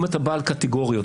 אם אתה בעל קטגוריות.